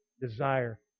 desire